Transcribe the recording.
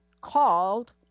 called